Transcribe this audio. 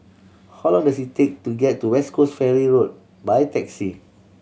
how long does it take to get to West Coast Ferry Road by taxi